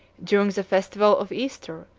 during the festival of easter,